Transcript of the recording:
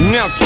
Now